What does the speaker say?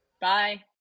Bye